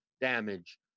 damage